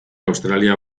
australia